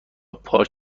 پارک